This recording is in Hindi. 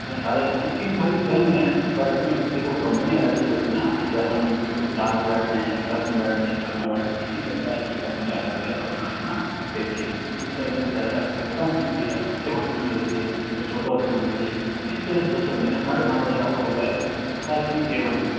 मैं सारे स्कीम सारी सेम है पर इस में देखो कंपनी अलग अलग होती है न जैसे अपन एक तो कार में बैठते हैं एक बस में बैठते हैं एक ट्रक में बैठते इसी प्रकार ये कंपनीयाँ अलग अलग अपना अपना देती हैं किसी का इंटरेस्ट ज़्यादा है किसी का कम है कोई अच्छे हॉस्पिटल देती है कोई छोटे हॉस्पिटल देती है तो इस तरह से जैसे महीना साढ़े सात हजार आपको बताया है तो अस्पताल भी ए वन होंगे